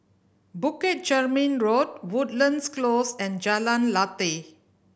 Bukit Chermin Road Woodlands Close and Jalan Lateh